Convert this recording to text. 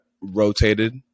rotated